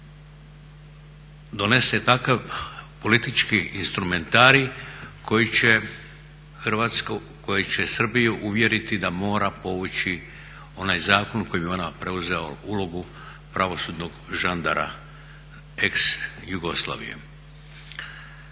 donese takav politički instrumentarij koji će Srbiju uvjeriti da mora povući onaj zakon kojim je ona preuzela ulogu pravosudnog žandara ex Jugoslavije.